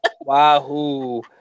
Wahoo